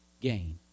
gain